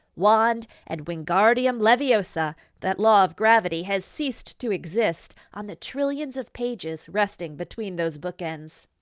wand, and wingardium leviosa, that law of gravity has ceased to exist on the trillions of pages resting between those bookends.